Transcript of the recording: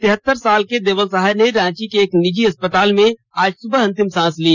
तिहत्तर साल के देवल सहाय ने रांची के एक निजी अस्पताल में आज सुबह अंतिम सांस ली